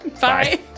Bye